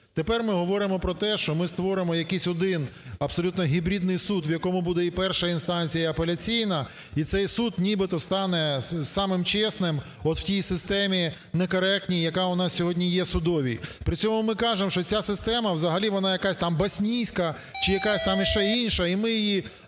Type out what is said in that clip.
Тепер ми говоримо про те, що ми створимо якийсь один абсолютно гібридний суд, в якому буде і перша інстанція, і апеляційна, і цей суд нібито стане самим чесним от в тій системі некоректній, яка у нас сьогодні є судовій. При цьому ми кажемо, що ця система взагалі вона якась, там, боснійська чи якась, там, іще інша, і ми її